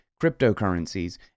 cryptocurrencies